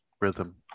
rhythm